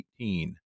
18